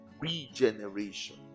Regeneration